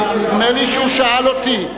נדמה לי שהוא שאל אותי.